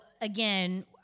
again